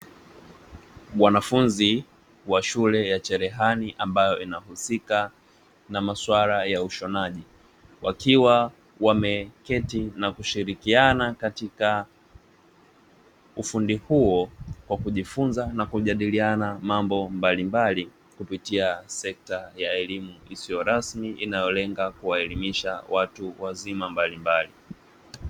wanafunzi wa shule ya Cherehani ambayo inahusika na masuala ya ushonaji, wakiwa wameketi na kushirikiana katika ufundi huo kwa kujifunza na kujadiliana mambo mbalimbali kupitia sekta ya elimu isiyo rasmi inayolenga kuwaelimisha watu wazima mbalimbali.